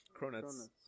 Cronuts